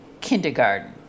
kindergarten